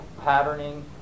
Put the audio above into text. patterning